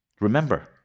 remember